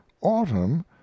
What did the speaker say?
autumn